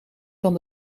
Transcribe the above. van